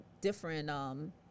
different